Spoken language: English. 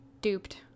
duped